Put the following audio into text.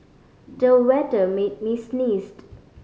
the weather made me sneezed